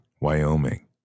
Wyoming